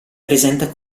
presenta